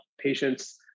patients